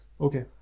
Okay